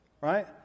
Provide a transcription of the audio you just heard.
right